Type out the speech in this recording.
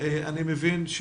אני מבין,